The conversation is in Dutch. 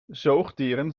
zoogdieren